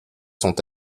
sont